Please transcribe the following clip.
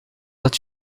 dat